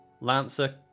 Lancer